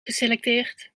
geselecteerd